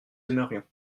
aimerions